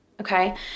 Okay